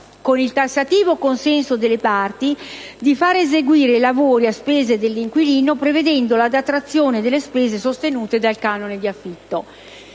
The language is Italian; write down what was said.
con il tassativo consenso delle parti, di far eseguire i lavori a spese dell'inquilino, prevedendo la detrazione delle spese sostenute dal canone di affitto.